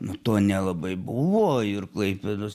nu to nelabai buvo ir klaipėdos